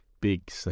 big